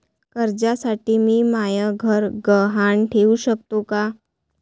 कर्जसाठी मी म्हाय घर गहान ठेवू सकतो का